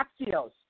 Axios